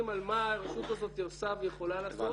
על מה הרשות הזאת עושה ויכולה לעשות.